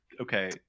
Okay